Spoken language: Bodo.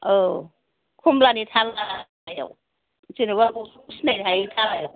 औ खमलानि थालायाव जेनेबा बथ'लखौ सिनायनो हायिनि थालायाव